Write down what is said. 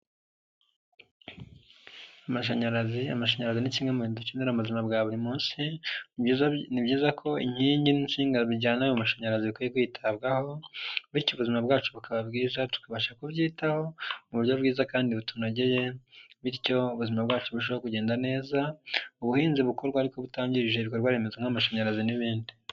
Amashanyarazi, amashanyarazi ni kimwe mu bintu dukenera mu buzima bwa buri munsi, ni byiza ko inkingi n'insinga zijyana ayo mashanyarazi bikwiye kwitabwaho, bityo ubuzima bwacu bukaba bwiza tukabasha kubyitaho, mu buryo bwiza kandi butunogeye bityo ubuzima bwacu burusheho kugenda neza, ubuhinzi bukorwe ariko butangije ibikorwa remezo nk'amashanyarazi n'ibindi.